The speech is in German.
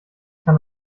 kann